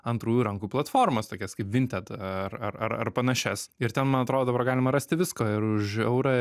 antrųjų rankų platformas tokias kaip vinted ar ar ar ar panašias ir ten man atrodo dabar galima rasti viską ir už eurą